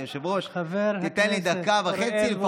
היושב-ראש, תיתן לי דקה וחצי.